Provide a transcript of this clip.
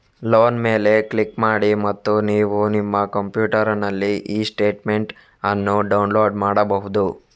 loan ಮೇಲೆ click ಮಾಡಿ ಮತ್ತು ನೀವು ನಿಮ್ಮ ಕಂಪ್ಯೂಟರಿನಲ್ಲಿ ಇ ಸ್ಟೇಟ್ಮೆಂಟ್ ಅನ್ನು ಡೌನ್ಲೋಡ್ ಮಾಡ್ಬಹುದು